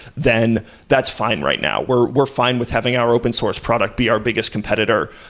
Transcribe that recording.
then that's fine right now. we're we're fine with having our open source product be our biggest competitor,